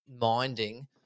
minding